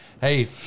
Hey